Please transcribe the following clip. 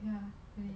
ya